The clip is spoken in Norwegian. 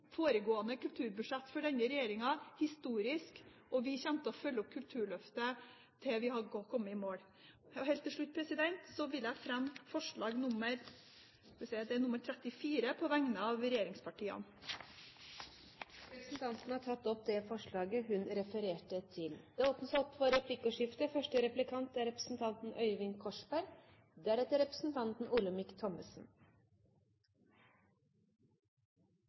foregående kulturbudsjett for denne regjeringen, historisk, og vi kommer til å følge opp Kulturløftet til vi har kommet i mål. Helt til slutt vil jeg fremme forslag nr. 34, på vegne av regjeringspartiene. Representanten Gunn Karin Gjul har tatt opp det forslaget hun refererte til. Det åpnes for replikkordskifte. På 5 minutter er